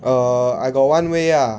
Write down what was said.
err I got one way ah